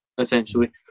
Essentially